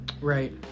Right